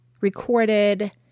recorded